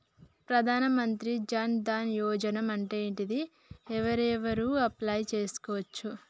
ప్రధాన మంత్రి జన్ ధన్ యోజన అంటే ఏంటిది? ఎవరెవరు అప్లయ్ చేస్కోవచ్చు?